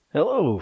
Hello